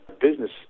business